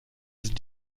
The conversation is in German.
sind